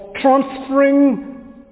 transferring